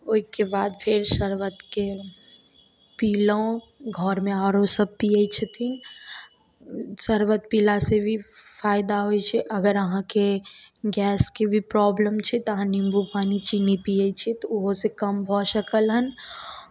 ओहिके बाद फेर शरबतकेँ पीलहुँ घरमे आओरो सभ पियै छथिन शरबत पीलासँ भी फायदा होइ छै अगर अहाँके गैसके भी प्रॉब्लम छै तऽ अहाँ निम्बू पानि चीनी पियै छियै तऽ ओहोसँ कम भऽ सकल हन